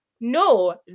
no